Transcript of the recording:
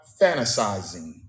fantasizing